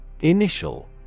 Initial